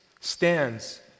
stands